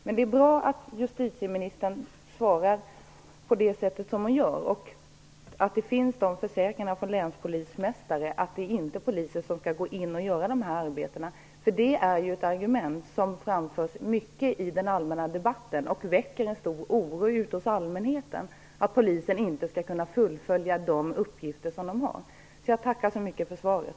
Men det är bra att justitieministern svarar på det sätt som hon gör, att det finns försäkringar från länspolismästare att det inte är poliser som skall gå in och göra detta arbete. Det är ju ett argument som framförs mycket i den allmänna debatten och som väcker stor oro ute hos allmänheten för att poliserna inte skall kunna fullfölja de uppgifter som de har. Jag tackar så mycket för svaret.